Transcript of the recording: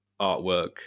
artwork